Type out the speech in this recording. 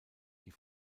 die